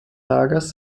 lagers